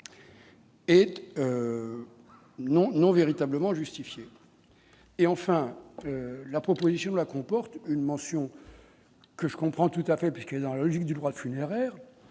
non, non, véritablement justifiées et enfin la proposition de loi comporte une mention que je comprends tout à fait puisque, dans la logique du droit funéraire